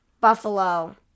Buffalo